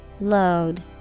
Load